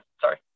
Sorry